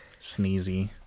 Sneezy